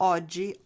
Oggi